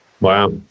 wow